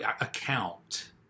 account